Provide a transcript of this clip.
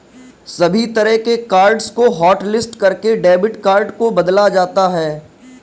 सभी तरह के कार्ड्स को हाटलिस्ट करके डेबिट कार्ड को बदला जाता है